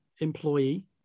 employee